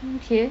okay